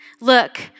look